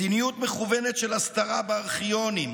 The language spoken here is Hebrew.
מדיניות מכוונת של הסתרה בארכיונים,